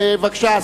בבקשה,